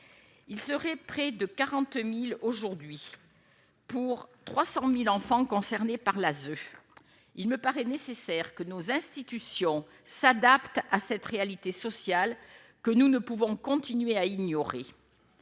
ils seraient près de 40000 aujourd'hui pour 300000 enfants concernés par l'ASE, il me paraît nécessaire que nos institutions s'adapte à cette réalité sociale que nous ne pouvons continuer à ignorer